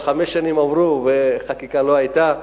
אבל חמש שנים עברו וחקיקה לא היתה.